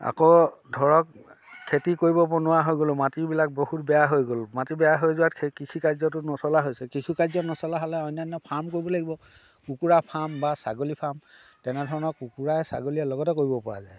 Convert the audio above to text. আকৌ ধৰক খেতি কৰিব নোৱাৰা হৈ গ'লোঁ মাটিবিলাক বহুত বেয়া হৈ গ'ল মাটি বেয়া হৈ যোৱাত সেই কৃষিকাৰ্যটো নচলা হৈছে কৃষিকাৰ্য নচলা হ'লে অন্যান্য ফাৰ্ম কৰিব লাগিব কুকুৰা ফাৰ্ম বা ছাগলী ফাৰ্ম তেনেধৰণৰ কুকুৰাই ছাগলীয়ে লগতে কৰিব পৰা যায়